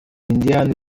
indiani